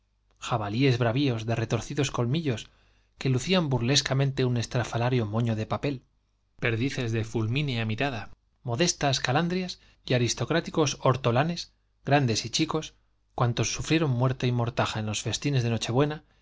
jabalíes bravíos de retorcidos olmi llos que lucían burlescamente un estrafalario moño de papel perdices de fulmínea mirada modestas calan drias y aristocráticos or tolanes grandes y chicos cuantos sufrieron muerte y mortaja en los festines de n ochebuena